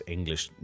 English